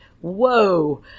Whoa